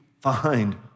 find